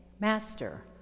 Master